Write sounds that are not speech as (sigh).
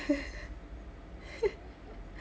(breath)